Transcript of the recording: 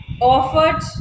offered